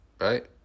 Right